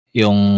yung